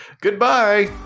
Goodbye